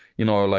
you know, like